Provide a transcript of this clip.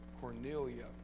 Cornelia